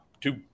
two